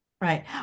Right